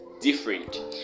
Different